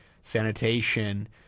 sanitation